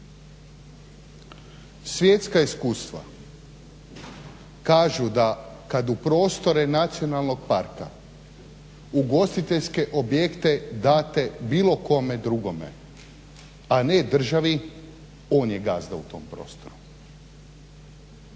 svjetska iskustva kažu da kad u prostore nacionalnog parka ugostiteljske objekte date bilo kome drugome a ne državi on je gazda u tom prostoru.